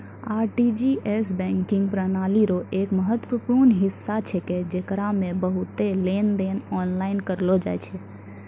RTGS banking प्रणाली रो एक महत्वपूर्ण हिस्सा छेकै जेकरा मे बहुते लेनदेन आनलाइन करलो जाय छै